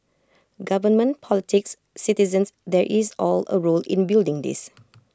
government politics citizens there is all A role in building this